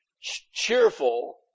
cheerful